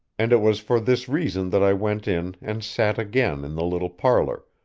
and it was for this reason that i went in and sat again in the little parlor,